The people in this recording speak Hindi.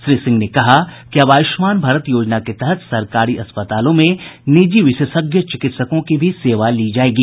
श्री सिंह ने कहा कि अब आयुष्मान भारत योजना के तहत सरकारी अस्पतालों में निजी विशेषज्ञ चिकित्सकों की भी सेवा ली जायेगी